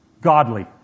godly